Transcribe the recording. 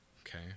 Okay